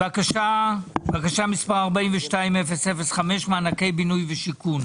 בקשה מס' 42-005: מענקי בינוי ושיכון